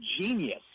genius